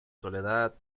soledad